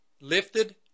lifted